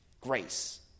grace